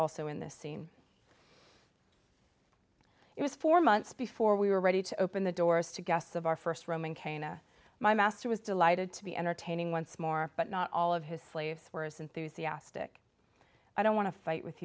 also in this scene it was four months before we were ready to open the doors to guests of our first roman kaina my master was delighted to be entertaining once more but not all of his slaves were as enthusiastic i don't want to fight with